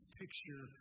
picture